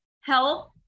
health